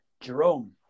Jerome